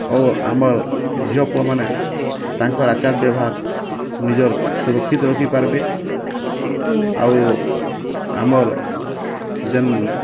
ଆଉ ଆମର୍ ଝିଅ ପୁଅ ମାନେ ତାଙ୍କର୍ ଆଚାର୍ ବ୍ୟବହାର୍ ନିଜର୍ ସୁରକ୍ଷିତ ରଖି ପାରବେ ଆଉ ଆମର୍ ଯେନ୍